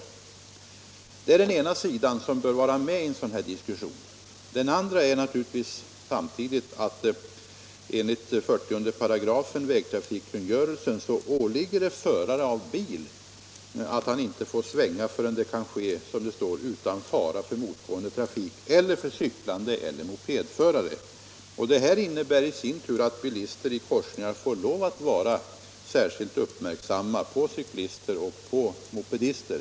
Detta är den ena sidan av saken, och den bör vara med i den här diskussionen. Den andra sidan av saken är att förare av bil enligt 40 § vägtrafikkungörelsen inte får ”svänga förrän det kan ske utan hinder för motgående trafik eller för cyklande eller mopedförare”. Detta innebär att bilister i korsningar måste vara särskilt uppmärksamma på cyklister och mopedister.